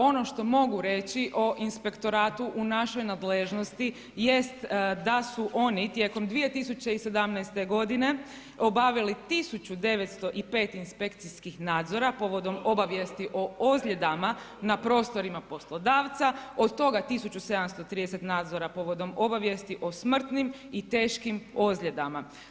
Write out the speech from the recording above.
Ono što mogu reći o inspektoratu u našoj nadležnosti jest da su oni tijekom 2017. godine obavili 1905 inspekcijskih nadzora povodom obavijesti o ozljedama na prostorima poslodavca, od toga 1730 nadzora povodom obavijesti o smrtnim i teškim ozljedama.